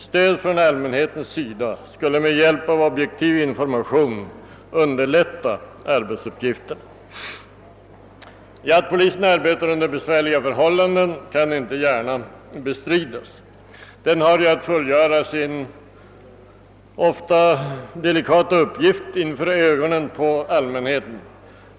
Stöd från allmänhetens sida skulle med hjälp av objektiv information kunna underlätta arbetsuppgifterna.» Det kan inte gärna bestridas att polisen arbetar under besvärliga förhållanden. Den har att fullgöra sin ofta delikata uppgift inför ögonen på allmänheten.